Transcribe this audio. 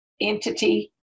entity